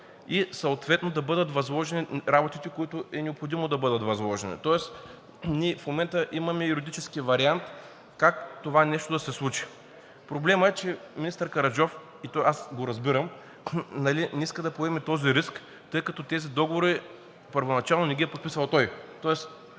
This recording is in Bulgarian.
и съответно да бъдат възложени работите, които е необходимо да бъдат възложени, тоест ние в момента имаме юридически вариант как това нещо да се случи. Проблемът е, че министър Караджов – и аз го разбирам, не иска да поеме този риск, тъй като тези договори първоначално не ги е подписал той,